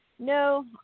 No